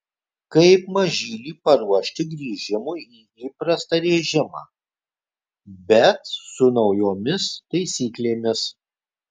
kaip mažylį paruošti grįžimui į įprastą režimą bet su naujomis taisyklėmis